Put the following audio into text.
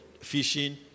fishing